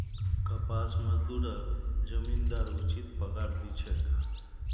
कपास मजदूरक जमींदार उचित पगार दी छेक